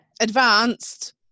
advanced